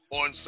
on